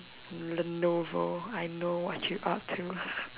Lenovo I know what you up to